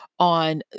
on